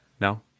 No